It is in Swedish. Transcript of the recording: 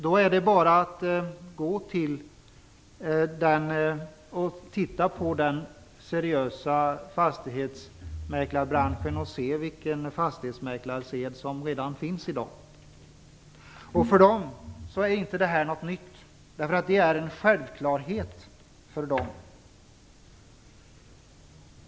Då är det bara att titta på den seriösa fastighetsmäklarbranschen och se vilken fastighetsmäklarsed som redan finns. För dem är detta inte något nytt. Detta är nämligen en självklarhet för dem.